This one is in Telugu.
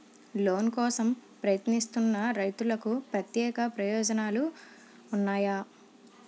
లోన్ కోసం ప్రయత్నిస్తున్న రైతులకు ప్రత్యేక ప్రయోజనాలు ఉన్నాయా?